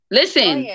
listen